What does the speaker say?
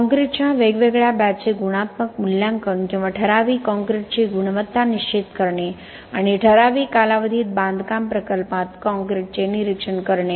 काँक्रिटच्या वेगवेगळ्या बॅचचे गुणात्मक मूल्यांकन किंवा ठराविक काँक्रीटची गुणवत्ता निश्चित करणे आणि ठराविक कालावधीत बांधकाम प्रकल्पात काँक्रीटचे निरीक्षण करणे